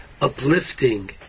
uplifting